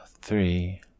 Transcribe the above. three